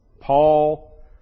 Paul